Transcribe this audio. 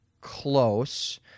close